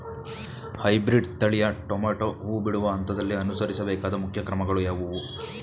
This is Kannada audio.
ಹೈಬ್ರೀಡ್ ತಳಿಯ ಟೊಮೊಟೊ ಹೂ ಬಿಡುವ ಹಂತದಲ್ಲಿ ಅನುಸರಿಸಬೇಕಾದ ಮುಖ್ಯ ಕ್ರಮಗಳು ಯಾವುವು?